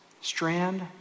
strand